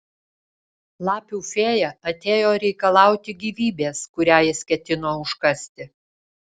lapių fėja atėjo reikalauti gyvybės kurią jis ketino užkasti